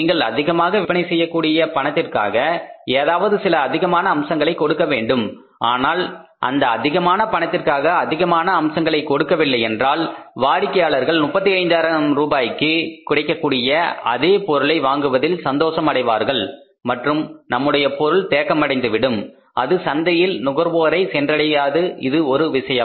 நீங்கள் அதிகமாக விற்கக்கூடிய பணத்திற்காக ஏதாவது சில அதிகமான அம்சங்களை கொடுக்க வேண்டும் ஆனால் அந்த அதிகமான பணத்திற்கு அதிகமான அம்சங்களை கொடுக்கவில்லை என்றால் வாடிக்கையாளர்கள் 35 ஆயிரம் ரூபாய்க்கு கிடைக்கக்கூடிய அதே பொருளை வாங்குவதில் சந்தோஷம் அடைவார்கள் மற்றும் நம்முடைய பொருள் தேக்கம் அடைந்துவிடும் அது சந்தையில் நுகர்வோரை சென்றடையாது இது ஒரு விஷயம்